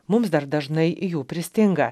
mums dar dažnai jų pristinga